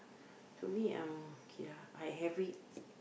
to me ah okay lah I have it